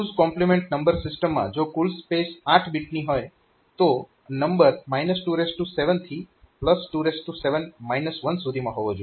2's complement number સિસ્ટમમાં જો કુલ સ્પેસ 8 બીટની હોય તો નંબર 27 થી 27 1 સુધીમાં હોવો જોઈએ